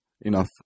Enough